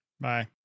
Bye